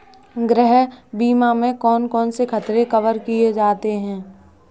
गृह बीमा में कौन कौन से खतरे कवर किए जाते हैं?